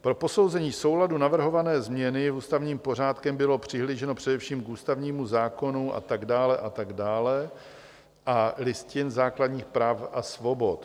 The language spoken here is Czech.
Pro posouzení souladu navrhované změny ústavním pořádkem bylo přihlíženo především k ústavnímu zákonu a tak dále, a tak dále a Listině základních práv a svobod.